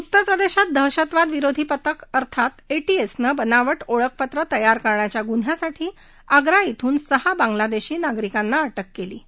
उत्तर प्रदेशमध्ये दहशतवादविरोधी पथक अर्थात एक्रिसनं बनावक्षओळखपत्र तयार करण्याच्या गुन्ह्यासाठी आग्रा इथून सहा बांगलादेशी नागरिकांना अ िक्र केली आहे